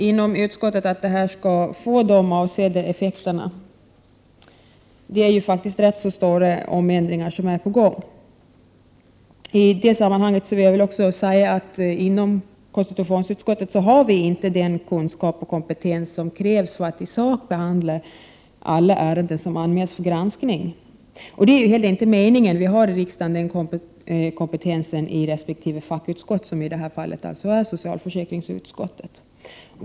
Inom utskottet hoppas vi att detta skall få avsedda effekter, eftersom det faktiskt är ganska stora förändringar på gång. I detta sammanhang vill jag säga att vi inom konstitutionsutskottet inte har den kunskap och kompetens som krävs för att i sak behandla alla ärenden som anmäls för granskning. Det är inte heller meningen. I riksdagen finns denna kompetens i resp. fackutskott, och i detta fall är det socialförsäkringsutskottet.